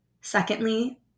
Secondly